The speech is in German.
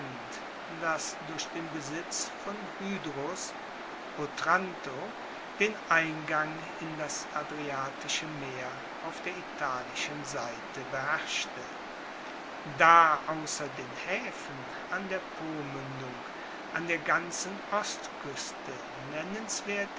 das durch den besitz von hydrus otranto den eingang in das adriatische meer auf der italischen seite beherrschte da ausser den haefen an der pomuendung an der ganzen ostkueste nennenswerte